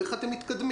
איך אתם מתקדמים?